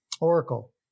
Oracle